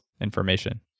information